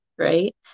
Right